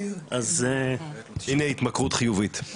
הנה התמכרות חיובית,